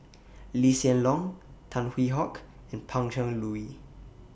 Lee Hsien Loong Tan Hwee Hock and Pan Cheng Lui